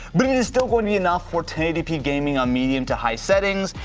but it is still going to be enough for tdp gaming on medium to high settings.